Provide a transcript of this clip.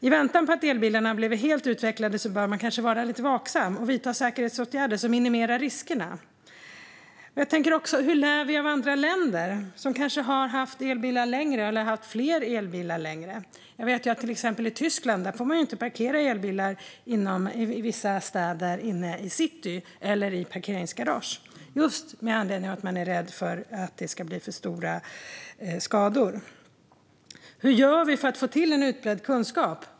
I väntan på att elbilarna blir helt utvecklade bör man kanske vara lite vaksam och vidta säkerhetsåtgärder som minimerar riskerna. Hur lär vi av andra länder som kanske har haft elbilar längre eller som har haft fler elbilar längre? I vissa städer i Tyskland är det till exempel inte tillåtet att parkera elbilar inne i city eller i parkeringsgarage, just med anledning av att man är rädd för att det ska bli för stora skador. Hur gör vi för att få till en utbredd kunskap?